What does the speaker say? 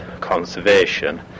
conservation